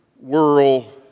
world